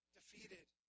defeated